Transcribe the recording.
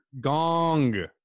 Gong